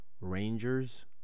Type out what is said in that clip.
Rangers